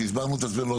שהסברנו את עצמנו,